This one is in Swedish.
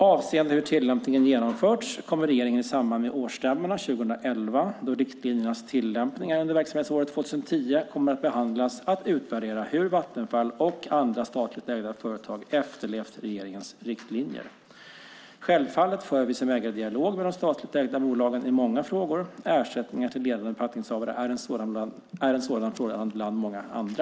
Avseende hur tillämpningen genomförts kommer regeringen i samband med årsstämmorna 2011, då riktlinjernas tillämpning under verksamhetsåret 2010 kommer att behandlas, att utvärdera hur Vattenfall och andra statligt ägda företag efterlevt regeringens riktlinjer. Självfallet för vi som ägare dialog med de statligt ägda företagen i många frågor. Ersättningar till ledande befattningshavare är en sådan fråga bland många andra.